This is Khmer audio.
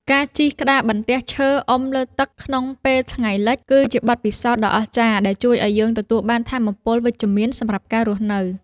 ការជិះក្តារបន្ទះឈរអុំលើទឹកក្នុងពេលថ្ងៃលិច គឺជាបទពិសោធន៍ដ៏អស្ចារ្យដែលជួយឱ្យយើងទទួលបានថាមពលវិជ្ជមានសម្រាប់ការរស់នៅ។